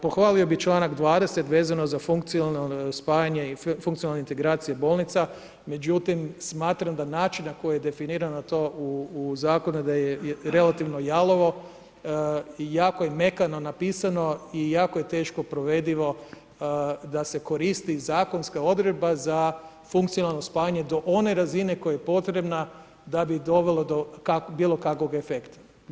Pohvalio bi čl. 20. vezano za funkcionalno spajanje i funkcionalne integracije bolnica, međutim, smatram da način na koji je definirana na to u zakonu, da je relativno jalovo i jako je mekano napisano i jako je teško provedivoga, da se koristi zakonska odredba za funkcionalno spajanje do one razine, koja je potrebna da bi dovelo do bilo kakvog efekta.